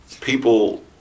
people